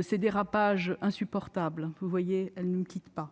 ces dérapages insupportables ? Penser que certains